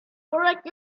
correct